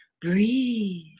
breathe